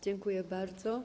Dziękuję bardzo.